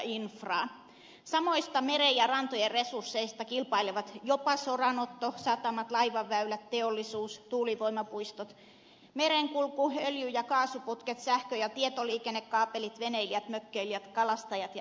samoista meren ja rantojen resursseista kilpailevat jopa soranotto satamat laivaväylät teollisuus tuulivoimapuistot merenkulku öljy ja kaasuputket sähkö ja tietoliikennekaapelit veneilijät mökkeilijät kalastajat ja yrittäjät